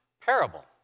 parable